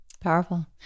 Powerful